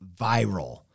viral